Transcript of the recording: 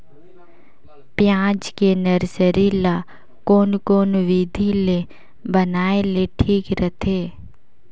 पियाज के नर्सरी ला कोन कोन विधि ले बनाय ले ठीक रथे?